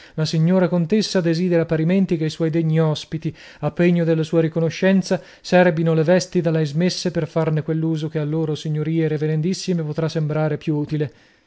la signora contessa desidera parimenti che i suoi degni ospiti a pegno della sua riconoscenza serbino le vesti da lei smesse per farne quell'uso che alle loro signorie reverendissime potrà sembrare più utile